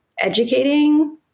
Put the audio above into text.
educating